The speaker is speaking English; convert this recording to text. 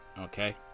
Okay